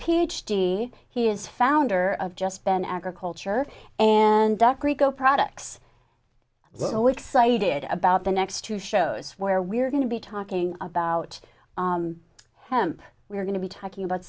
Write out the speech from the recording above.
d he is founder of just been agriculture and duck rico products so excited about the next two shows where we're going to be talking about hemp we're going to be talking about